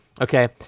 Okay